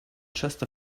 just